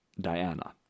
Diana